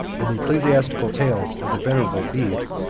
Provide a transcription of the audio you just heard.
and the ecclesiastical tales of the venerable bede,